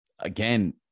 Again